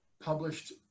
Published